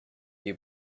you